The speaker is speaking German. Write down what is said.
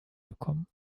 bekommen